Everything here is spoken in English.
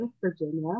Virginia